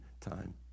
time